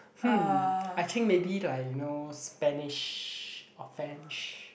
hmm I think maybe like you know Spanish or French